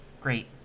great